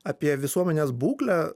apie visuomenės būklę